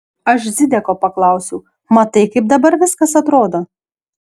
aš zideko paklausiau matai kaip dabar viskas atrodo